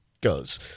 goes